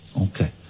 Okay